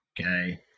okay